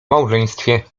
małżeństwie